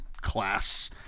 class